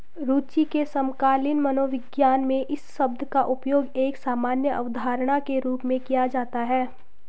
रूचि के समकालीन मनोविज्ञान में इस शब्द का उपयोग एक सामान्य अवधारणा के रूप में किया जाता है